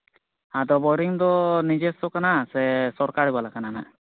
ᱟᱫᱚ ᱵᱳᱭᱨᱤᱝ ᱫᱚ ᱱᱤᱡᱮᱥᱥᱚ ᱠᱟᱱᱟ ᱥᱮ ᱥᱚᱨᱠᱟᱨᱤ ᱵᱟᱞᱟ ᱠᱟᱱᱟ ᱱᱟᱦᱟᱸᱜ